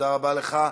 תודה רבה לך.